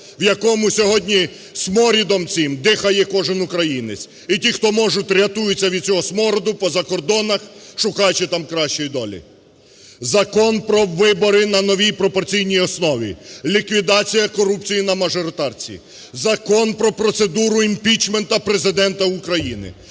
в якому сьогодні смородом цим дихає кожен українець. І ті, хто можуть, рятуються від цього смороду по закордонах, шукаючи там кращої долі. Закон про вибори на новій пропорційній основі, ліквідація корупції на мажоритарні, Закон про процедуру імпічменту Президента України,